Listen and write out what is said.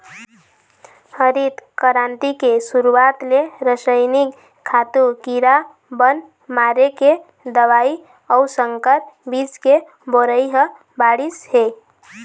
हरित करांति के सुरूवात ले रसइनिक खातू, कीरा बन मारे के दवई अउ संकर बीज के बउरई ह बाढ़िस हे